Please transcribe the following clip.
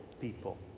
people